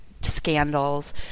Scandals